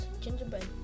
gingerbread